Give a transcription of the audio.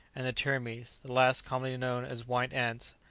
and the termes, the last commonly known as white ants,